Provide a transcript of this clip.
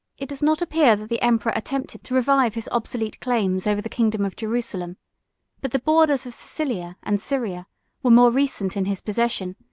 it does not appear that the emperor attempted to revive his obsolete claims over the kingdom of jerusalem but the borders of cilicia and syria were more recent in his possession,